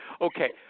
Okay